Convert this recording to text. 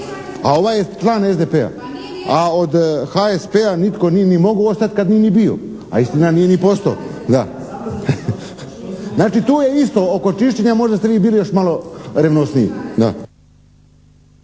A ovaj je član SDP-a. A od HSP-a nitko nije mogao ostati kad nije ni bio, a istina nije ni postao. Znači, tu je isto. Oko čišćenja možda ste vi bili još malo revnosniji.